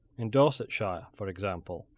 in dorsetshire for example,